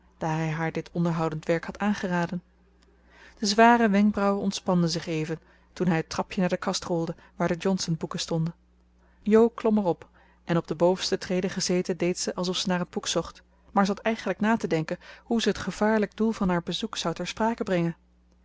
hij haar dit onderhoudend werk had aangeraden de zware wenkbrauwen ontspanden zich even toen hij het trapje naar de kast rolde waar de johnsonboeken stonden jo klom er op en op de bovenste trede gezeten deed ze alsof ze naar het boek zocht maar zat eigenlijk na te denken hoe ze het gevaarlijk doel van haar bezoek zou ter sprake brengen